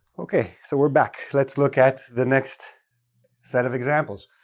okay, so we're back. let's look at the next set of examples.